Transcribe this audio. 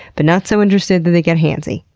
but not so interested that they get handsy.